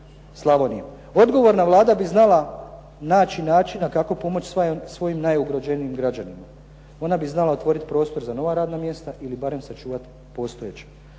Odgovorna Vlada bi znala naći načina kako pomoći svojim najugroženijim građanima. Ona bi znala otvoriti prostor za nova radna mjesta ili barem sačuvati postojeća.